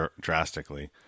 drastically